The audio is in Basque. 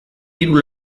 hiru